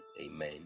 Amen